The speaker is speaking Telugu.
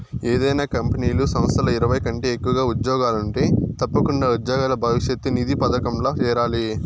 ఏదైనా కంపెనీలు, సంస్థల్ల ఇరవై కంటే ఎక్కువగా ఉజ్జోగులుంటే తప్పకుండా ఉజ్జోగుల భవిష్యతు నిధి పదకంల చేరాలి